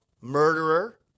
murderer